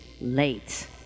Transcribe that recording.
late